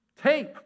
tape